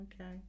okay